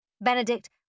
Benedict